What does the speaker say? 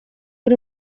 uri